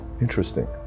Interesting